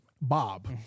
Bob